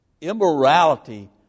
immorality